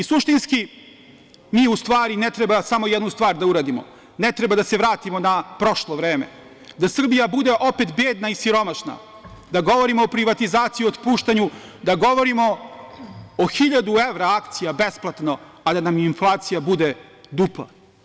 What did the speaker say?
Suštinski, mi u stvari ne treba samo jednu stvar da uradimo, ne treba da se vratimo na prošlo vreme da Srbija bude opet bedna i siromašna, da govorimo o privatizaciji, o otpuštanju, da govorimo o hiljadu evra akcija besplatno, a da nam inflacija bude dupla.